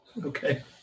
okay